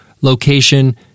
location